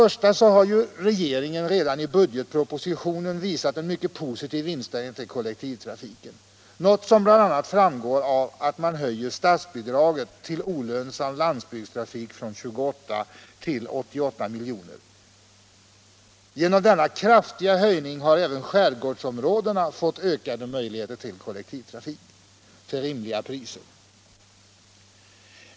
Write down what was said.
Regeringen har redan i budgetpropositionen visat en myck et positiv inställning till kollektivtrafiken, något som bl.a. framgår av att man höjer statsbidraget till olönsam landsbygdstrafik från 28 till 88 miljoner. Genom denna kraftiga höjning har även skärgårdsområdena fått ökade möjligheter till kollektivtrafik till rimliga priser.